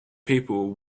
people